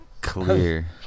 clear